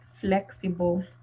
flexible